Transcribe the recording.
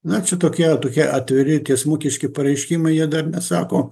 na čia tokia tokie atviri tiesmuki pareiškimai jie dar nesako